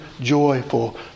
joyful